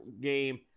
game